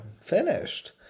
Finished